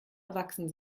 erwachsen